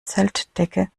zeltdecke